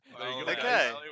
Okay